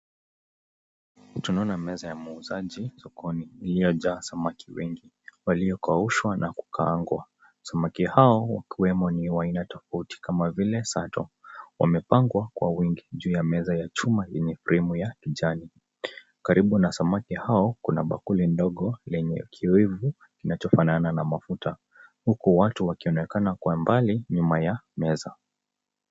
Tunaona meze ya muhuzaji sokoni iliyoja samaki wengi, walio kauswa na kukaangwa. Samaki hao wakiwemo ni ya haina tofauti kama vile sato, wamepangwa kwa uwingi juu ya meza ya chuma yenye fremu ya kijani. Karibu na samaki hao kuna bakuli ndogo lenye kiwivu kinacho fanana na mafuta. Huku watu wakionekana kwa mbali nyuma ya meza.